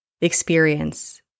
experience